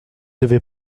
devait